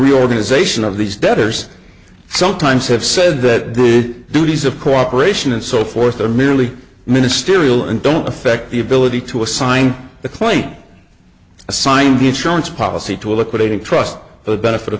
reorganization of these debtors sometimes have said that good duties of cooperation and so forth are merely ministerial and don't affect the ability to assign the claimant assigned the insurance policy to a liquidating trust for the benefit of